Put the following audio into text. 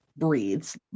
Breeds